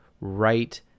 right